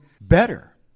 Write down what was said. better